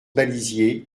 balisier